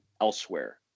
elsewhere